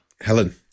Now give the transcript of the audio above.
Helen